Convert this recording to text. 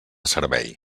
servei